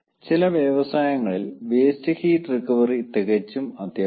ചില വ്യവസായങ്ങളിൽ waste heat recovery തികച്ചും അത്യാവശ്യമാണ്